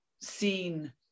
seen